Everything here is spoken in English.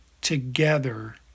together